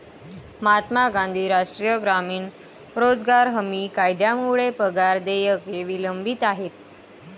महात्मा गांधी राष्ट्रीय ग्रामीण रोजगार हमी कायद्यामुळे पगार देयके विलंबित आहेत